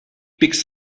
picks